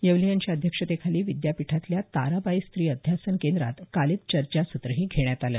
येवले यांच्या अध्यक्षतेखाली विद्यापीठातल्या ताराबाई स्त्री अध्यासन केंद्रात काल एक चर्चासत्रही घेण्यात आलं